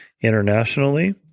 internationally